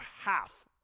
half